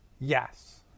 Yes